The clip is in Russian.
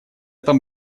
там